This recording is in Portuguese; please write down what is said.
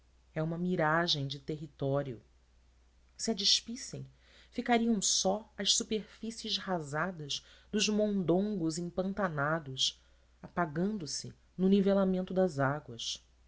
é uma miragem de território se a despissem ficariam só as superfícies rasadas dos mondongos empantanados apagando se no nivelamento das águas